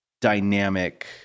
dynamic